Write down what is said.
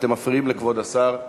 אתם מפריעים לכבוד השר.